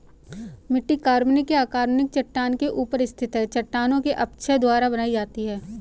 मिट्टी कार्बनिक या अकार्बनिक चट्टान के ऊपर स्थित है चट्टानों के अपक्षय द्वारा बनाई जाती है